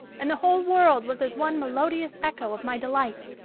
and the whole world was as one melodious echo of my delight!